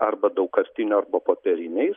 arba daugkartinio arba popieriniais